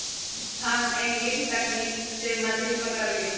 हम एंगलिंग तकनिक से मछरी पकरईली